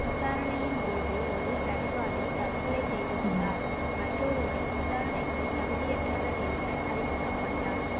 விசாரணையின் போது ஒரு பிரதிவாதி தற்கொலை செய்து கொண்டார் மற்றொருவர் விசாரணைக்கு தகுதியற்றவர் என்று அறிவிக்கப்பட்டார்